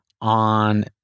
on